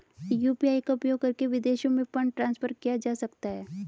UPI का उपयोग करके विदेशों में फंड ट्रांसफर किया जा सकता है?